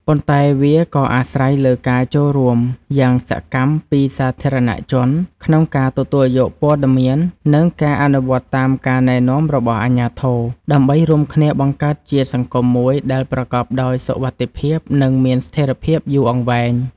ប៉ុន្តែវាក៏អាស្រ័យលើការចូលរួមយ៉ាងសកម្មពីសាធារណជន ក្នុងការទទួលយកព័ត៌មាន និងការអនុវត្តតាមការណែនាំរបស់អាជ្ញាធរ ដើម្បីរួមគ្នាបង្កើតជាសង្គមមួយដែលប្រកបដោយសុវត្ថិភាព និងមានស្ថិរភាពយូរអង្វែង។